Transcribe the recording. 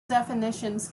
definitions